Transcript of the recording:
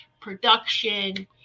production